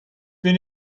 wen